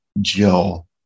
Jill